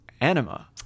*Anima*